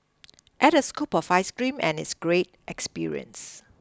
add a scoop of ice cream and it's a great experience